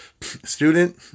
student